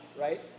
right